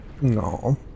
No